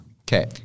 Okay